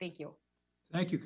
thank you thank you